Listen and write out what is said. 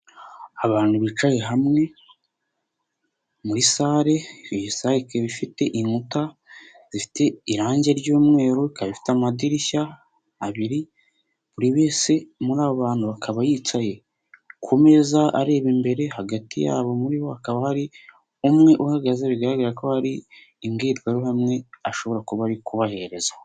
Abantu bicaye hamwe muri sale, iyi sale ikaba ifite inkuta irangi ry'umweru, ikaba ifite amadirishya abiri, buri wese muri abo bantu bakaba yicaye ku meza areba imbere, hagati yabo muri bo hakaba hari umwe uhagaze bigaragara ko hari imbwirwaruhame ashobora kuba ari kubahereza.